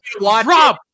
Rob